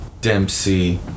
Dempsey